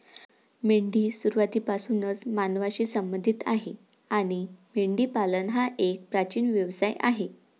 मेंढी सुरुवातीपासूनच मानवांशी संबंधित आहे आणि मेंढीपालन हा एक प्राचीन व्यवसाय आहे